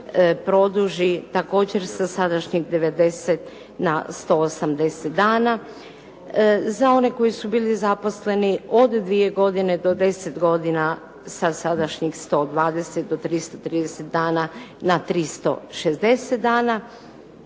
produži također sa sadašnjih 90 na 180 dana. Za one koji su bili zaposleni od 2 godine do 10 godina sa sadašnjih 120 do 330 dana na 360 dana